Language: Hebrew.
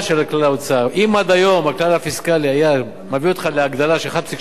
אם עד היום הכלל הפיסקלי היה מביא אותך להגדלה של 1.7%,